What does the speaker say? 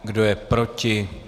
Kdo je proti?